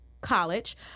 College